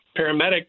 paramedic